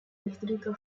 distrito